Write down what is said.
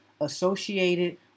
associated